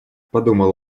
подумал